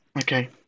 Okay